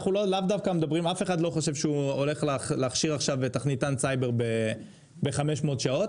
אף אחד לא חושב שהוא הולך להכשיר עכשיו תכניתן סייבר ב-500 שעות.